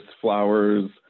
flowers